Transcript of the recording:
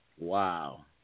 Wow